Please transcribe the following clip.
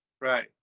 right